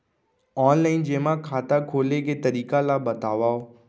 Online जेमा खाता खोले के तरीका ल बतावव?